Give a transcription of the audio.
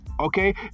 Okay